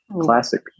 classic